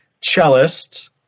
cellist